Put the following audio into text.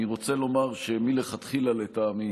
אני רוצה לומר שמלכתחילה לטעמי